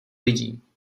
lidí